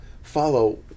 Follow